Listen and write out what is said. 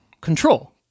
control